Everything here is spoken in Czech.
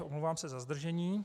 Omlouvám se za zdržení.